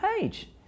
page